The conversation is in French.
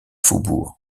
faubourg